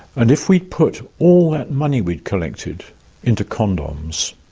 and if we'd put all that money we'd collected into condoms,